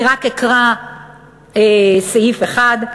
אני רק אקרא סעיף אחד: